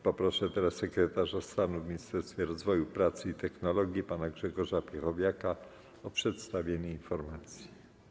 Poproszę sekretarza stanu w Ministerstwie Rozwoju, Pracy i Technologii pana Grzegorza Piechowiaka o przedstawienie informacji.